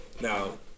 Now